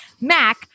MAC